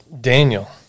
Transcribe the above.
Daniel